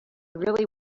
really